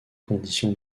conditions